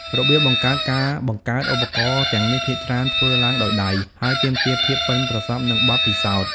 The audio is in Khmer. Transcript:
របៀបបង្កើតការបង្កើតឧបករណ៍ទាំងនេះភាគច្រើនធ្វើឡើងដោយដៃ ហើយទាមទារភាពប៉ិនប្រសប់ និងបទពិសោធន៍។